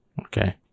Okay